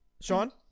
Sean